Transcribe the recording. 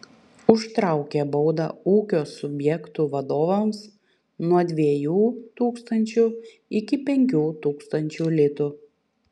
užtraukia baudą ūkio subjektų vadovams nuo dviejų tūkstančių iki penkių tūkstančių litų